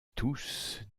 tous